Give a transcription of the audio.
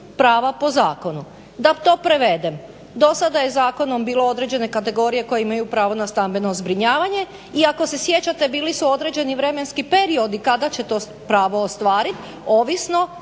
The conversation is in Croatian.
Da to prevedem.